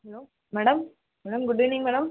hello madam madam good evening madam